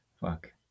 fuck